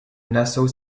nassau